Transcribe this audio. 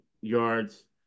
yards